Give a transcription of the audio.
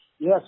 Yes